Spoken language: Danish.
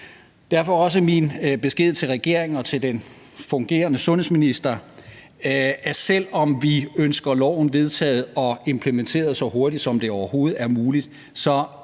Derfor er min besked også til regeringen og til den fungerende sundhedsminister, at selv om vi ønsker lovforslaget vedtaget og loven implementeret så hurtigt, som det overhovedet er muligt,